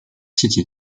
city